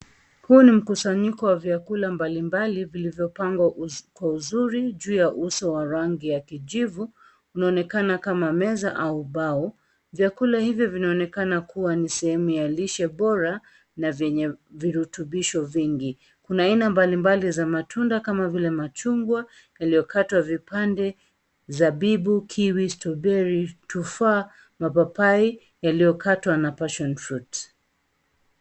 Huu ni mkusanyiko wa vyakula mbalimbali vilivyopangwa kwa uzuri juu ya uso wa rangi ya kijivu, inaonekana kama meza au ubao. Vyakula hivyo vinaonekana kuwa ni sehemu ya lishe bora na vyenye virutubisho vingi. Kuna aina mbalimbali za matunda kama vile machungwa yaliyokatwa vipande, zabibu, kiwi, stroberi, tufaha, mapapai yaliyokatwa na passion fruit .